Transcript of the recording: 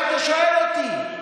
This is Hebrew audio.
היית שואל אותי.